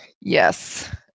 Yes